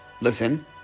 listen